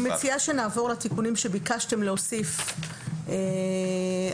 אני מציעה שנעבור לתיקונים שביקשתם להוסיף